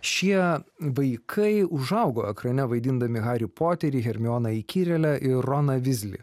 šie vaikai užaugo ekrane vaidindami harį poterį hermioną įkyrėlę ir roną vizlį